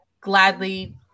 gladly